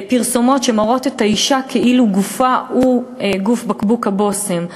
פרסומות שמראות את האישה כאילו גופה הוא גוף בקבוק הבושם.